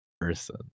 person